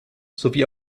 sowie